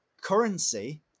currency